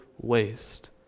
waste